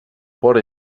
port